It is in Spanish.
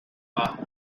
bajo